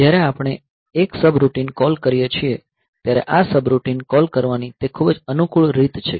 જ્યારે આપણે એક સબરૂટિન કૉલ કરીએ છીએ ત્યારે આ સબરૂટિન કૉલ કરવાની તે ખૂબ જ અનુકૂળ રીત છે